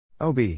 OB